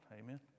amen